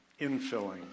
infilling